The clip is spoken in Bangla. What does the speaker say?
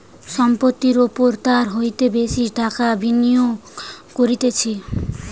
সম্পত্তির ওপর তার হইতে বেশি টাকা বিনিয়োগ করতিছে